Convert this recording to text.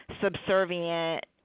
subservient